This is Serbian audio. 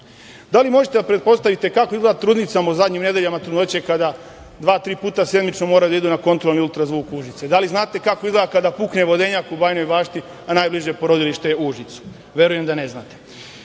li možete da pretpostavite kako izgleda trudnicama u zadnjim nedeljama trudnoće kada dva, tri puta sedmično moraju da idu na kontrolni ultrazvuk u Užice? Da li znate kako izgleda kada pukne vodenjak u Bajinoj Bašti, a najbliže porodilište je u Užicu? Verujem da ne znate. Da